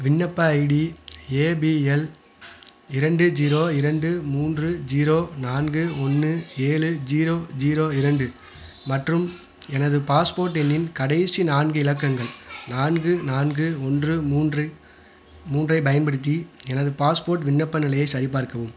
விண்ணப்ப ID APL இரண்டு zero இரண்டு மூன்று ஜீரோ நான்கு ஒன்று ஏழு ஜீரோ ஜீரோ இரண்டு மற்றும் எனது பாஸ்போர்ட் எண்ணின் கடைசி நான்கு இலக்கங்கள் நான்கு நான்கு ஒன்று மூன்றை மூன்றை பயன்படுத்தி எனது பாஸ்போர்ட் விண்ணப்ப நிலையை சரிபார்க்கவும்